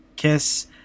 Kiss